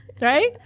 Right